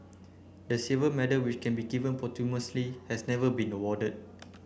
the silver medal which can be given posthumously has never been awarded